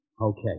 Okay